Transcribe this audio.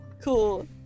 Cool